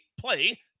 play